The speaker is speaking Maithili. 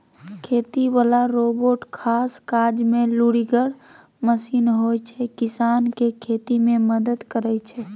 खेती बला रोबोट खास काजमे लुरिगर मशीन होइ छै किसानकेँ खेती मे मदद करय छै